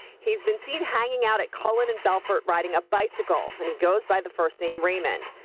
he's been seen hanging out at cullen and bellfort riding a bicycle and he goes by the first name, raymond.